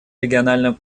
региональном